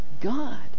God